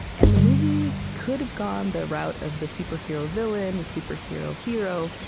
and the movie could've gone the route of the superhero villain, the superhero hero.